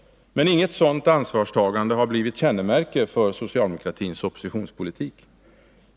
Inget sådant ansvarstagande har dock blivit kännemärke för socialdemokratins oppositionspolitik.